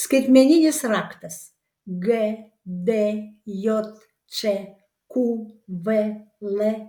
skaitmeninis raktas gdjč qvlk